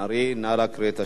נא לקרוא את השאילתא.